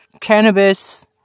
cannabis